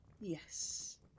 Yes